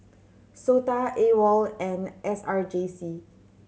SOTA AWOL and S R J C